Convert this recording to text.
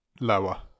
lower